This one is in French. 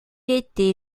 était